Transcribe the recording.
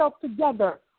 together